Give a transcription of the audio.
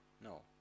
No